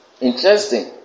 interesting